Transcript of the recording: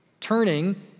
Turning